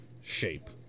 shape